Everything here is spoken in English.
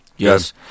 Yes